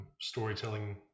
storytelling